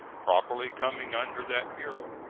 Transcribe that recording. properly coming under that bureau.